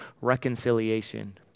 reconciliation